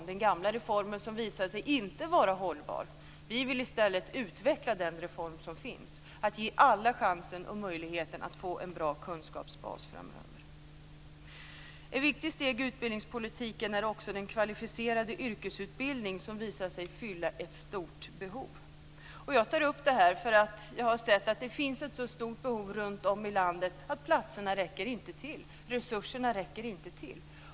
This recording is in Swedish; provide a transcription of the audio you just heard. Men den gamla reformen visade sig ju inte vara hållbar. Vi vill i stället utveckla den reform som finns för att ge alla chansen och möjligheten att få en bra kunskapsbas framöver. Ett viktigt steg i utbildningspolitiken är också den kvalificerade yrkesutbildning som har visat sig fylla ett stort behov. Jag tar upp detta för att jag har sett att det finns ett så stort behov runtom i landet att platserna och resurserna inte räcker till.